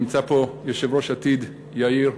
נמצא פה יושב-ראש יש עתיד, יאיר,